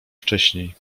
wcześniej